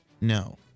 No